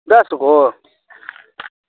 ऊँ institute है वहॉं